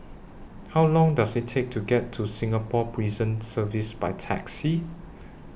How Long Does IT Take to get to Singapore Prison Service By Taxi